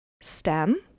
Stem